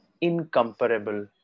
incomparable